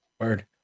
Word